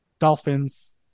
Dolphins